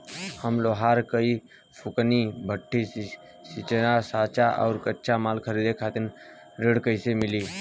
हम लोहार हईं फूंकनी भट्ठी सिंकचा सांचा आ कच्चा माल खरीदे खातिर ऋण कइसे मिली?